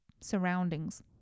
surroundings